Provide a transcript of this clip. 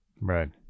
Right